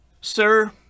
sir